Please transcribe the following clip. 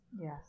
Yes